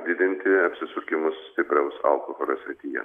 didinti apsisukimus stipraus alkoholio srityje